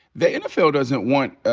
the nfl doesn't want,